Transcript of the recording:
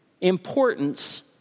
importance